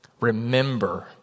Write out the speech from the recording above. Remember